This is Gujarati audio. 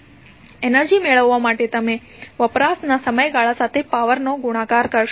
એનર્જી મેળવવા માટે તમે વપરાશના સમયગાળા સાથે પાવર નો ગુણાકાર કરશો